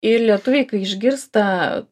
ir lietuviai kai išgirsta